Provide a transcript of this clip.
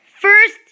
first